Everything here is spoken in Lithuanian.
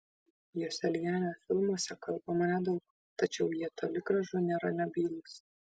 joselianio filmuose kalbama nedaug tačiau jie toli gražu nėra nebylūs